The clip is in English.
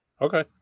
Okay